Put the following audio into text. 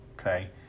Okay